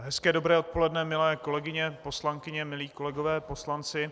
Hezké dobré odpoledne, milé kolegyně poslankyně, milí kolegové poslanci.